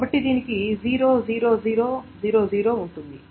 కాబట్టి దీనికి 00000 ఉంటుంది